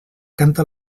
canta